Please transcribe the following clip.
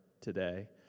today